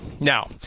Now